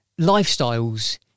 lifestyles